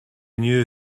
knew